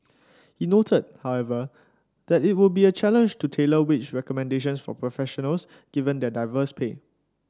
he noted however that it would be a challenge to tailor wage recommendations for professionals given their diverse pay